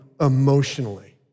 emotionally